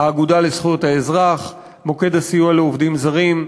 האגודה לזכויות האזרח, מוקד הסיוע לעובדים זרים,